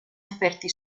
offerti